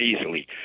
easily